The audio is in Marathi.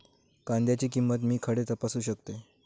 कांद्याची किंमत मी खडे तपासू शकतय?